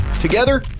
Together